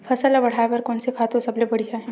फसल ला बढ़ाए बर कोन से खातु सबले बढ़िया हे?